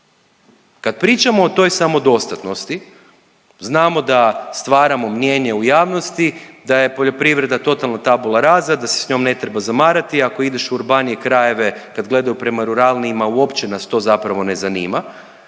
Kad pričamo o toj samodostatnosti znamo da stvaramo mnijenje u javnosti da je poljoprivreda totalno tabula rasa, da se sa njom ne treba zamarati. Ako ideš u urbanije krajeve kad gledaju prema ruralnijima uopće nas to zapravo ne zanima,